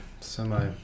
semi